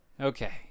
okay